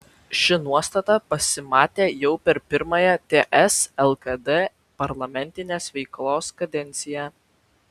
ši nuostata pasimatė jau per pirmąją ts lkd parlamentinės veiklos kadenciją